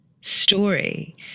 story